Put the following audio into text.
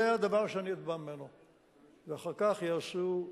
זה הדבר שאני אתבע ממנו ואחר כך יעשו,